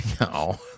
No